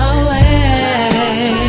away